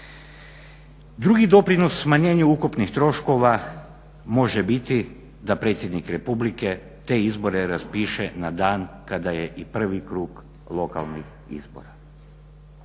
Drugi doprinos smanjenju ukupnih troškova može biti da predsjednik republike te izbore raspiše na dan kada je i prvi krug lokalnih izbora,